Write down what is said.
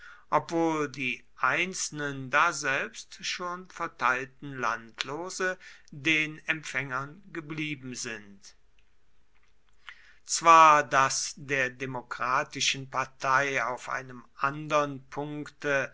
obgleich die einzelnen daselbst schon verteilten landlose den empfängern geblieben sind zwar daß der demokratischen partei auf einem andern punkte